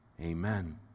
Amen